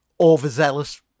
overzealous